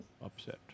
upset